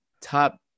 top